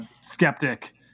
skeptic